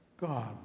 God